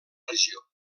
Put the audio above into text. regió